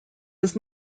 was